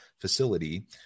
facility